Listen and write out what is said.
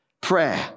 Prayer